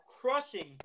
crushing